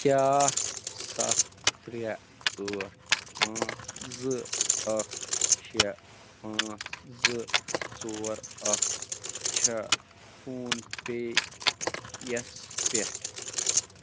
کیٛاہ سَتھ ترٛےٚ ٲٹھ پانٛژھ زٕ اَکھ شےٚ پانٛژھ زٕ ژور اَکھ چھےٚ فون پے یَس پٮ۪ٹھ